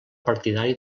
partidari